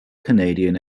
canadian